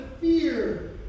fear